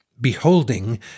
beholding